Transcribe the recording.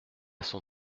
son